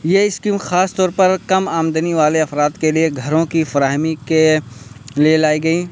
یہ اسکیم خاص طور پر کم آمدنی والے افراد کے لیے گھروں کی فراہمی کے لیے لائی گئی